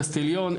קסטליון,